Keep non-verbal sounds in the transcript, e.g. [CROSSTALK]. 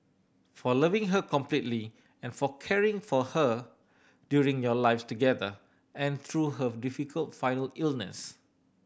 for loving her completely and for caring for her during your lives together and through her [UNINTELLIGIBLE] difficult final illness